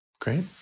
Great